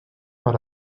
per